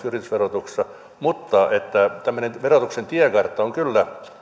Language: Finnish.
yritysverotuksessa mutta tämmöinen verotuksen tiekartta on kyllä